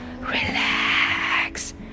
relax